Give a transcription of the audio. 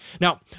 Now